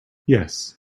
yes